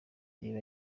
reba